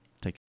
Take